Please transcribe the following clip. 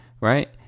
right